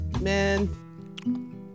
Man